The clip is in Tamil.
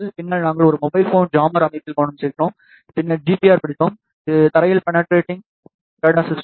பின்னர் நாங்கள் ஒரு மொபைல் ஃபோன் ஜாம்மர் அமைப்பில் கவனம் செலுத்தினோம் பின்னர் ஜிபிஆரைப் படித்தோம் இது தரையில் பெணட்ரேடிங் ரேடார் சிஸ்டம்